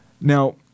Now